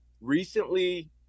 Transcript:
recently